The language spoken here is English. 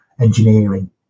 engineering